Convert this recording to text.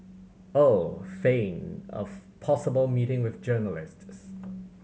or feign of possible meeting with journalists